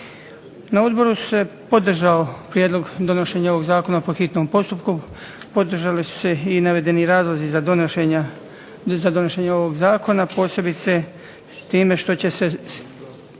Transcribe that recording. Na odboru se podržao prijedlog donošenja ovog zakona po hitnom postupku, podržali su se i navedeni razlozi za donošenje ovog zakona, posebice time što će se